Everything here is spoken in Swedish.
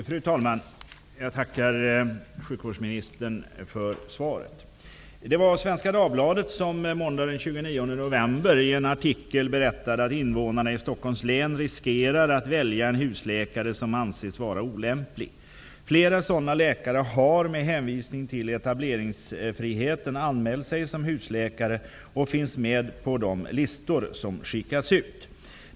Fru talman! Jag tackar sjukvårdsministern för svaret. Det var Svenska Dagbladet som måndagen den 29 november i en artikel berättade att invånarna i Stockholms län riskerar att välja en husläkare som anses vara olämplig. Flera sådana läkare har, med hänvisning till etableringsfriheten, anmält sig som husläkare och finns med på de listor som har skickats ut.